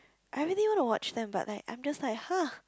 I really want to watch them but like I'm just like !huh!